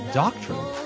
doctrine